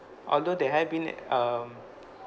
although there have been um